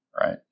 Right